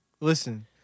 Listen